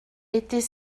était